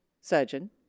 surgeon